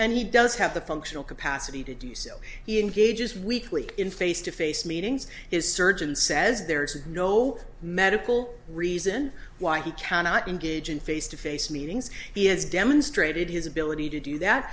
and he does have the functional capacity to do so he engages weekly in face to face meetings is surgeon says there is no medical reason why he cannot engage in face to face meetings he has demonstrated his ability to do that